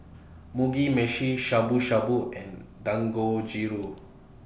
Mugi Meshi Shabu Shabu and Dangojiru